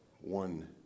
one